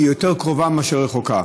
היא יותר קרובה מאשר רחוקה.